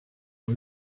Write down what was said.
oil